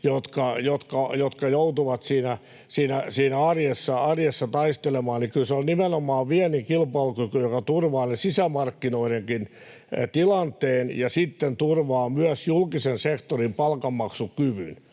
jotka joutuvat arjessa taistelemaan, niin kyllä se on nimenomaan viennin kilpailukyky, joka turvaa sisämarkkinoidenkin tilanteen ja sitten turvaa myös julkisen sektorin palkanmaksukyvyn.